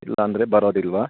ಇಲ್ಲಾಂದರೆ ಬರೋದಿಲ್ಲವ